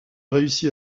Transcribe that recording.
réussit